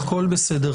הכול בסדר.